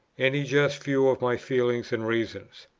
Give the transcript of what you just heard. any just view of my feelings and reasons.